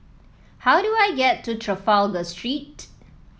how do I get to Trafalgar Street